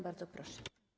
Bardzo proszę.